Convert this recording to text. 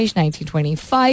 1925